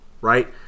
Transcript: right